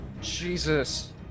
Jesus